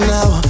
Now